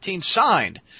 signed